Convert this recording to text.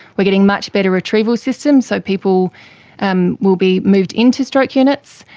are getting much better retrieval systems, so people um will be moved into stroke units.